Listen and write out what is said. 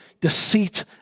deceit